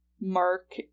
Mark